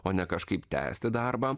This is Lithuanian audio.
o ne kažkaip tęsti darbą